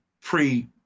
pre